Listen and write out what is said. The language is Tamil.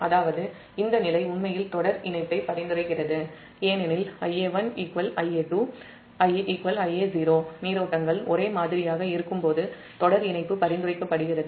அதாவது இந்த நிலை உண்மையில் தொடர் இணைப்பை பரிந்துரைக்கிறது ஏனெனில் Ia1 Ia2 Ia0நீரோட்டங்கள் ஒரே மாதிரியாக இருக்கும்போது தொடர் இணைப்பு பரிந்துரைக்கப் படுகிறது